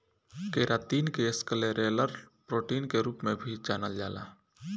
keratin के scleral protein के रूप में भी जानल जाला